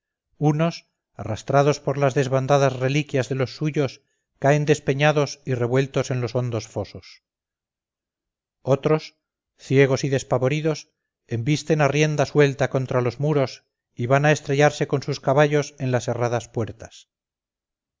unos arrastrados por las desbandadas reliquias de los suyos caen despeñados y revueltos en los hondos fosos otros ciegos y despavoridos embisten a rienda suelta contra los muros y van a estrellarse con sus caballos en las herradas puertas